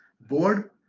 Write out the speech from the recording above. board